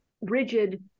rigid